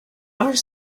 are